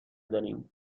داریم